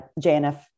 JNF